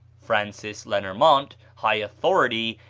francis lenormant, high authority,